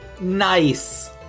Nice